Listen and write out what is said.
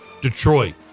Detroit